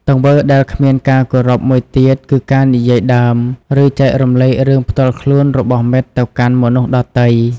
ទង្វើដែលគ្មានការគោរពមួយទៀតគឺការនិយាយដើម ឬចែករំលែករឿងផ្ទាល់ខ្លួនរបស់មិត្តទៅកាន់មនុស្សដទៃ។